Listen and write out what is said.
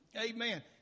Amen